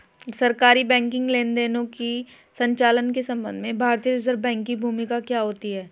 सरकारी बैंकिंग लेनदेनों के संचालन के संबंध में भारतीय रिज़र्व बैंक की भूमिका क्या होती है?